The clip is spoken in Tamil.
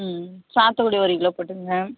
ம் சாத்துக்குடி ஒரு கிலோ போட்டுருங்க